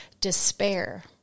despair